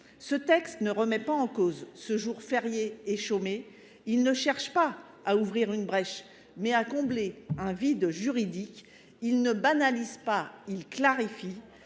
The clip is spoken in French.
Ce texte ne remet pas en cause ce jour férié et chômé. Il ne cherche pas à ouvrir une brèche mais à combler un vide juridique. Il ne banalise pas, il clarifie.